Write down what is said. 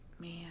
man